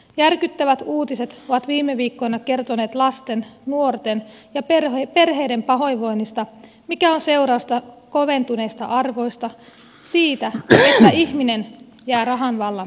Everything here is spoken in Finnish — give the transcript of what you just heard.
järkyttävät uutiset ovat viime viikkoina kertoneet lasten nuorten ja perheiden pahoinvoinnista mikä on seurausta koventuneista arvoista siitä että ihminen jää rahan vallan alle